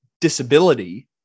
disability